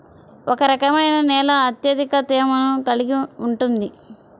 ఏ రకమైన నేల అత్యధిక తేమను కలిగి ఉంటుంది?